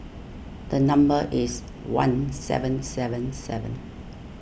the number is one seven seven seven